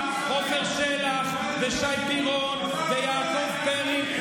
עפר שלח, שי פירון ויעקב פרי.